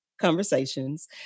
conversations